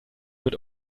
mit